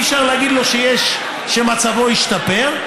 אי-אפשר להגיד לו שמצבו השתפר.